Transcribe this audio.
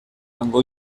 hango